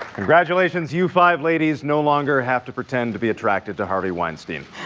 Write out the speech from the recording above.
congratulations. you five ladies no longer have to pretend to be attracted to harvey weinstein